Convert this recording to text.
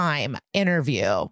interview